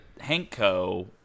Hanko